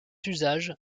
usage